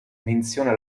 menziona